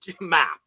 map